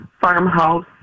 farmhouse